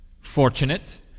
fortunate